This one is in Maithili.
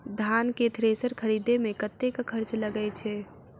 धान केँ थ्रेसर खरीदे मे कतेक खर्च लगय छैय?